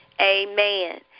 amen